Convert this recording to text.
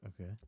Okay